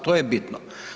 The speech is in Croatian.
To je bitno.